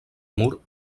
mur